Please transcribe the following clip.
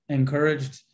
encouraged